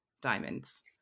diamonds